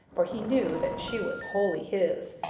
for he knew that she was wholly his,